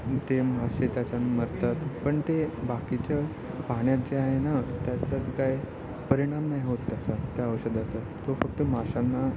आणि ते मासे त्याच्यानं मरतात पण ते बाकीच्या पाण्यात जे आहे ना त्याच्यात काय परिणाम नाही होत त्याचा त्या औषधाचा तो फक्त माशांना